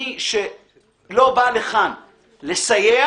מי שלא בא לכאן לסייע,